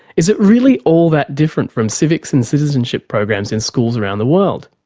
is it really all that different from civics and citizenship programs in schools around the world?